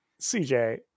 CJ